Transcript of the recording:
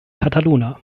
kataluna